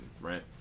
right